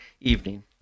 evening